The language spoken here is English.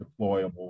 deployable